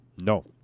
No